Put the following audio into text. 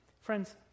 Friends